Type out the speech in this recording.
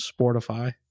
Sportify